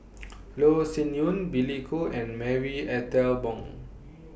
Loh Sin Yun Billy Koh and Marie Ethel Bong